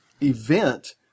event